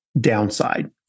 downside